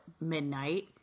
midnight